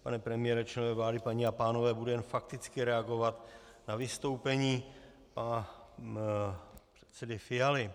Pane premiére, členové vlády, paní a pánové, budu jen fakticky reagovat na vystoupení pana předsedy Fialy.